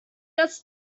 das